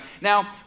Now